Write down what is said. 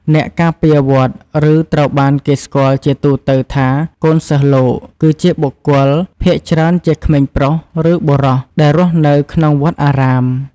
អ្នកការពារវត្ត ឬត្រូវបានគេស្គាល់ជាទូទៅថា កូនសិស្សលោក គឺជាបុគ្គល ភាគច្រើនជាក្មេងប្រុស ឬបុរស ដែលរស់នៅក្នុងវត្តអារាម។